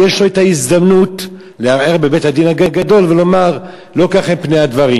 יש לו הזדמנות לערער בבית-הדין הגדול ולומר: לא כך הם פני הדברים.